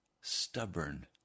stubborn